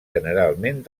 generalment